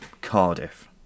Cardiff